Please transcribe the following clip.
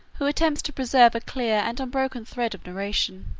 who attempts to preserve a clear and unbroken thread of narration.